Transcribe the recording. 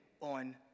on